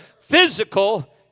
physical